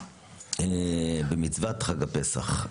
במצוות חג הפסח,